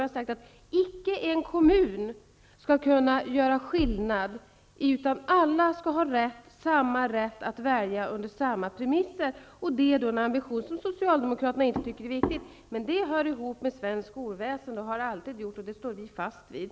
Vi har sagt att icke en kommun skall kunna ha skilda regler, utan alla elever skall ha rätt att välja under samma premisser. Det är en ambition som Socialdemokraterna inte tycker är viktig, men den hör ihop med svenskt skolväsende. Det har den alltid gjort, och det står vi fast vid.